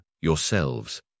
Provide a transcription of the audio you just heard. yourselves